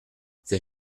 ses